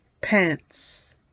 pants